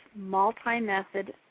multi-method